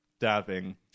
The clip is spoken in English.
dabbing